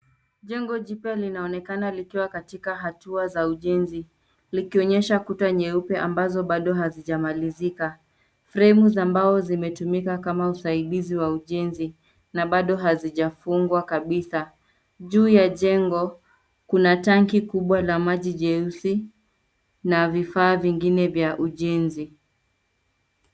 Jengo jipya linaonekana likiwa katika hatua za ujenzi likionyesha kuta nyeupe ambazo bado hazijamalizika. Fremu za mbao zimetmika kama usaidizi wa ujenzi, na bado hazijafungwa kabisa. Juu ya jengo kuna tangi kubwa la maji jeusi na vifaa vingine vya ujenzi.